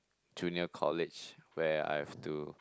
junior college where I've to